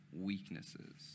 weaknesses